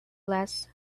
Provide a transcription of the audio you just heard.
less